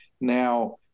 Now—